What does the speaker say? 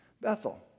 Bethel